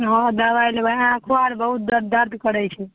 हँ दवाइ लेबै आँखिओ आओर बहुत दरद दरद करै छै